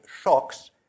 shocks